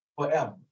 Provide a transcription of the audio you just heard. forever